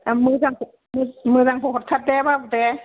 दा मोजांखौ मोजांखौ हरथार दे बाबु दे